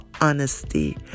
honesty